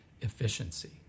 efficiency